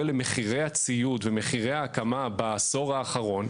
למחירי הציוד ולמחירי ההקמה בעשור האחרון,